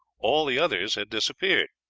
all the others had disappeared.